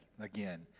Again